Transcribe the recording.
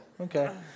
Okay